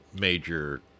major